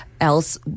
else